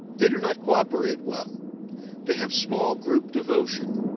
they do not co-operate well they have small group-devotion.